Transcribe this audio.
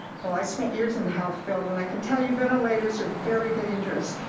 well, i spent years in the health field and i can tell you ventilators are very dangerous.